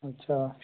अच्छा